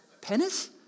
Penis